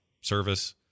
service